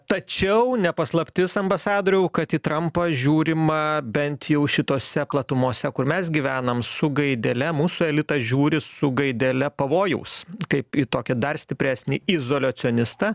tačiau ne paslaptis ambasadoriau kad į trampą žiūrima bent jau šitose platumose kur mes gyvenam su gaidele mūsų elitas žiūri su gaidele pavojaus kaip į tokį dar stipresnį izoliocionistą